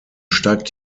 steigt